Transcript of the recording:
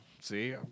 see